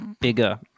Bigger